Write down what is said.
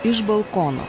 iš balkono